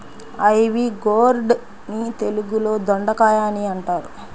ivy gourd ని తెలుగులో దొండకాయ అని అంటారు